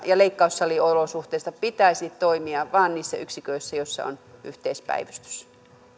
ja leikkaussaliolosuhteita pitäisi toimia vain niissä yksiköissä joissa on yhteispäivystys